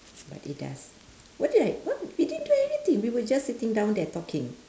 but it does what did I what we didn't do anything we were just sitting down there talking